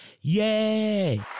Yay